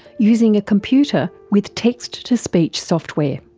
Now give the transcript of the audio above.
using a computer with text-to-speech software.